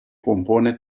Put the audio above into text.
compone